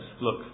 look